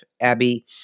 Abby